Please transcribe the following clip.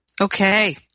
Okay